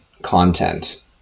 content